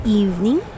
evening